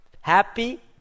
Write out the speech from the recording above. happy